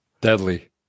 deadly